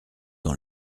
dans